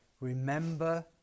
Remember